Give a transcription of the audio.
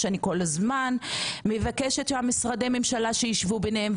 שאני כל הזמן מבקשת שמשרדי הממשלה יישבו ביניהם,